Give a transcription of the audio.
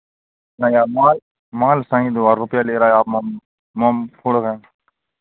नहीं यार माल माल सही दो और रुपैया ले रहे हो आप रहें